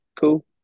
Cool